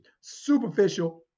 Superficial